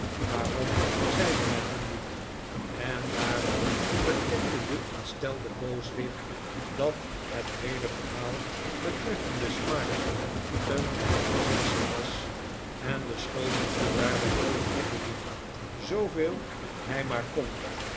waarom zeide men hem niet en daarop bekende de ontstelde booswicht dat het heele verhaal betreffende smike een verzinsel was en beschuldigde daarbij ralph nickleby zooveel hij maar kon